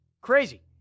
Crazy